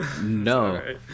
No